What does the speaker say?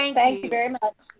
thank thank you very much.